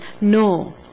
No